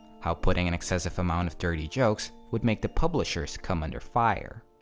how putting in excessive amounts of dirty jokes would make the publishers come under fire.